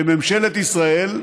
שממשלת ישראל,